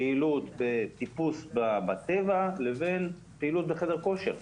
פעילות בטיפוס בטבע לבין פעילות בחדר כושר?